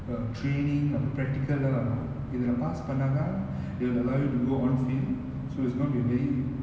uh training uh practical lah வரு இதுல:varu ithula pass பன்னாதா:pannaathaa they will allow you to go on field so it's going to be a very